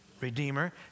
Redeemer